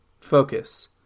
Focus